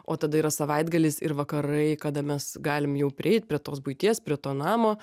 o tada yra savaitgalis ir vakarai kada mes galim jau prieit prie tos buities prie to namo